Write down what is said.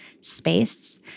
space